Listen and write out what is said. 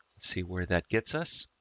see where that gets us.